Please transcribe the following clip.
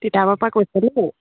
তিতাবৰৰপৰা কৈছে ন